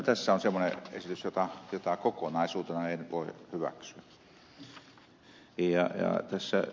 tässä on semmoinen esitys jota kokonaisuutena en voi hyväksyä